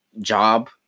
job